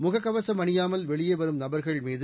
முகக்கவசம் அணியாமல் வெளியே வரும் நபர்கள்மீது